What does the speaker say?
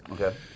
Okay